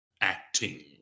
acting